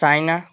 China